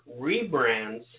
rebrands